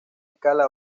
escala